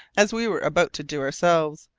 as we were about to do ourselves,